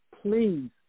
Please